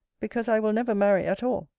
because i will never marry at all.